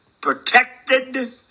protected